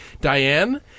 Diane